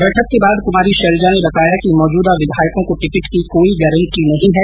बैठक के बाद कुमारी शैलजा ने बताया मौजूदा विधायकों को टिकट की कोई गारंटी नहीं है